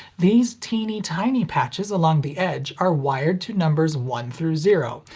these teeny tiny patches along the edge are wired to numbers one through zero,